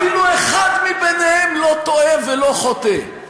אפילו אחד מהם לא טועה ולא חוטא.